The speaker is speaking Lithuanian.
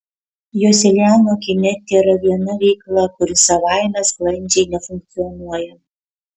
joselianio kine tėra viena veikla kuri savaime sklandžiai nefunkcionuoja